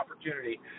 opportunity